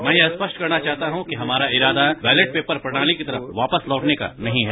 मैं यह स्पष्ट करना चाहता हूं कि हमारा इरादा बैलेट पेपर प्रणाली की तरफ वापस लौटने का नहीं है